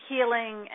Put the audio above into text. Healing